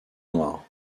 noir